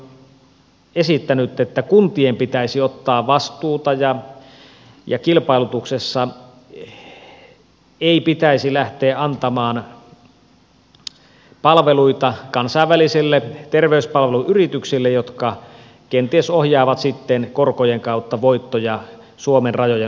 valtiovarainministeri on esittänyt että kuntien pitäisi ottaa vastuuta ja kilpailutuksessa ei pitäisi lähteä antamaan palveluita kansainvälisille terveyspalveluyrityksille jotka kenties ohjaavat sitten korkojen kautta voittoja suomen rajojen ulkopuolelle